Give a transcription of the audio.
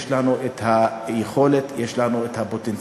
יש לנו היכולת, יש לנו הפוטנציאל,